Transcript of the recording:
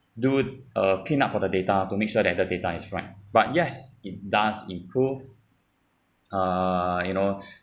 do uh clean up for the data to make sure that the data is right but yes it does improve uh you know